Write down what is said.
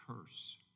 curse